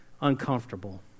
uncomfortable